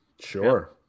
Sure